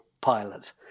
pilot